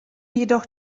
jedoch